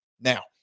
Now